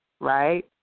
right